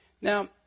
Now